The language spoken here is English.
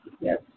Yes